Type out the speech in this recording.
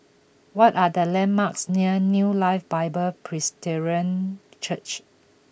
what are the landmarks near New Life Bible Presbyterian Church